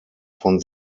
von